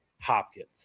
Hopkins